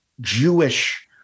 jewish